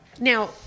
Now